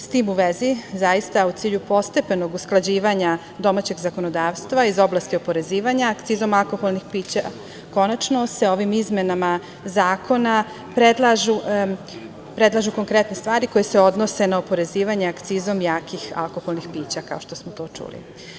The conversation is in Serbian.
S tim u vezi, zaista u cilju postepenog usklađivanja domaćeg zakonodavstva, iz oblasti oporezivanja, akcizom alkoholnih pića, konačno se ovim izmenama zakona predlažu konkretne stvari koje se odnose na oporezivanje akcizom jakih alkoholnih pića, kao što smo to čuli.